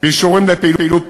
באישורים לפעילות פוליטית.